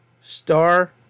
star